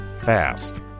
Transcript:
fast